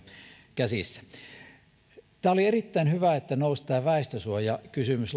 käsissä oli erittäin hyvä että nousi tämä väestönsuojakysymys laveammin